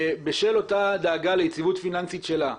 בשל אותה דאגה ליציבות פיננסית שלה,